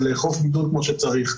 זה לאכוף בידוד כמו שצריך.